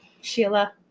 Sheila